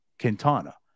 Quintana